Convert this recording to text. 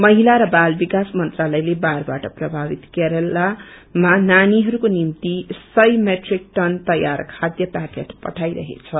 महिला र बाल विकास मन्त्रालयले बाढ़बाट प्रभावित केरलमा नानीहरूको निम्ति सय मेट्रिक टन तयार खाध्य पेकेट पठाईरहेछ